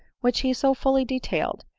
which he so fully detailed,